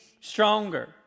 stronger